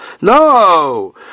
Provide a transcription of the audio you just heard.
No